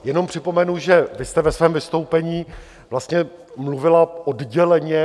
Jenom připomenu, že vy jste ve svém vystoupení vlastně mluvila odděleně.